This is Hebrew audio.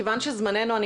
כיוון שזמננו קצר,